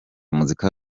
muzika